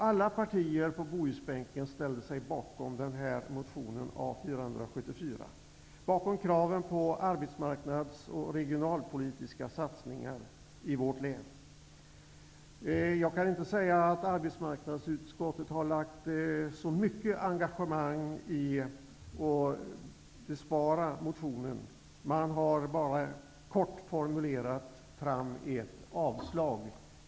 Alla partier på bohusbänken ställer sig bakom motionen A474, bakom kraven på arbetsmarknadssatsningar och regionalpolitiska satsningar i vårt län. Jag kan inte säga att arbetsmarknadsutskottet har engagerat sig särskilt mycket i att besvara motionen. Man har bara kort formulerat fram ett avslagsyrkande.